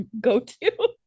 go-to